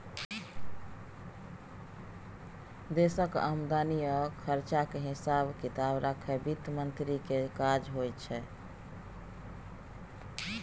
देशक आमदनी आ खरचाक हिसाब किताब राखब बित्त मंत्री केर काज होइ छै